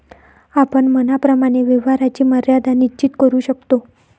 आपण मनाप्रमाणे व्यवहाराची मर्यादा निश्चित करू शकतो